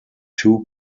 two